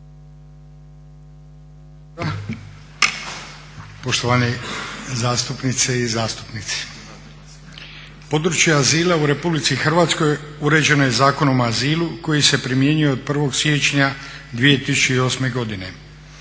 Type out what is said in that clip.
Poštovane zastupnice i zastupnici. Područja azila u Republici Hrvatskoj uređeno je Zakonom o azilu koji se primjenjuje od 1. siječnja 2008. godine.